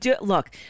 Look